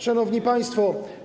Szanowni Państwo!